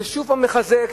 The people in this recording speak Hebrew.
זה שוב מחזק,